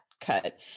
cut